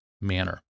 manner